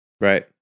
Right